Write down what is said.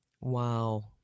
Wow